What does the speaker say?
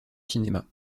cinéma